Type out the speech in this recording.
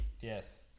Yes